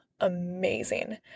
amazing